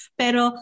pero